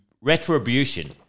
retribution